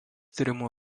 tyrimų